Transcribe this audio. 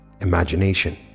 Imagination